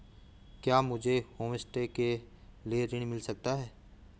क्या मुझे होमस्टे के लिए ऋण मिल सकता है?